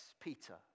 Peter